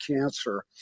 cancer